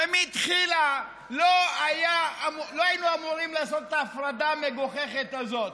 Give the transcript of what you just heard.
הרי מלכתחילה לא היינו אמורים לעשות את ההפרדה המגוחכת הזאת.